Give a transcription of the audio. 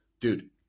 Dude